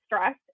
stress